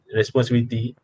responsibility